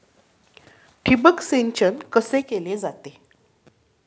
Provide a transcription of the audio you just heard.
ठिबक सिंचन कसे केले जाते?